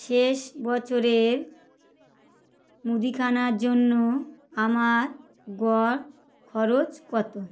শেষ বছরের মুদিখানা জন্য আমার গড় খরচ কত